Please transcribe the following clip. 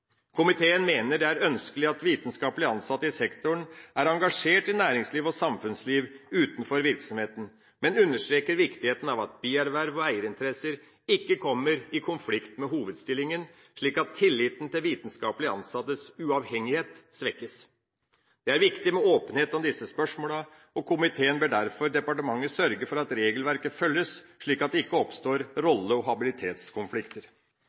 Komiteen mener det er ønskelig at vitenskapelig ansatte i sektoren er engasjert i nærings- og samfunnsliv utenfor virksomheten, men understreker viktigheten av at bierverv og eierinteresser ikke kommer i konflikt med hovedstillingen, slik at tilliten til vitenskapelig ansattes uavhengighet svekkes. Det er viktig med åpenhet om disse spørsmålene. Komiteen ber derfor departementet sørge for at regelverket følges, slik at det ikke oppstår rolle- og habilitetskonflikter.